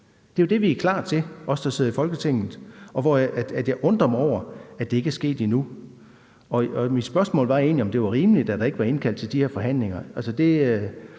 Det er jo det, vi, der sidder i Folketinget, er klar til, og jeg undrer mig over, at det ikke er sket endnu. Mit spørgsmål var egentlig, om det var rimeligt, at der ikke var indkaldt til de her forhandlinger.